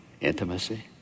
intimacy